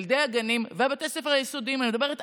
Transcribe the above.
ילדי הגנים ובתי הספר היסודיים,